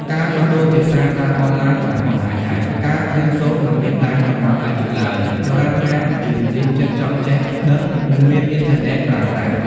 ការដោះដូរភាសាតាមអនឡាញបានបង្ហាញថា ការរៀនសូត្រមិនមានដែនកំណត់អាយុឡើយ ដរាបណាយើងមានចិត្តចង់ចេះដឹង និងមានអ៊ីនធឺណិតប្រើប្រាស់។